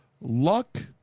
Luck